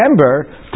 remember